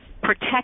protect